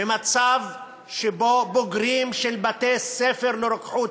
ממצב שבו בוגרים של בתי-ספר לרוקחות